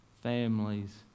families